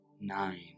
Nine